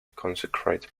concrete